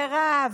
מירב,